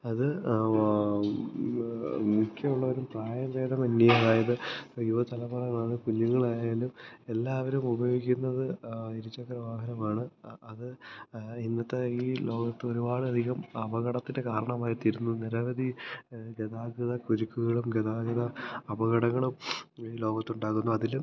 അത് മിക്ക ഉള്ളവരും പ്രായഭേദമെന്യേ അതായത് യുവതലമുറകളാണേലും കുഞ്ഞുങ്ങളായാലും എല്ലാവരും ഉപയോഗിക്കുന്നത് ഇരുചക്രവാഹനമാണ് അത് ഇന്നത്തെ ഈ ലോകത്ത് ഒരുപാടധികം അപകടത്തിന് കാരണമായിത്തീരുന്നു നിരവധി ഗതാഗത കുരുക്കുകളും ഗതാഗത അപകടങ്ങളും ലോകത്തുണ്ടാകുന്നു അതിലും